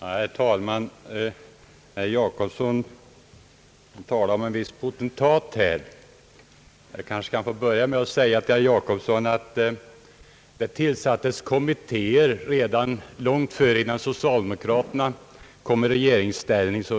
Herr talman! Herr Jacobsson talade om en viss potentat. Nu tillsattes det ju kommittéer långt innan socialdemokraterna kom i regeringsställning.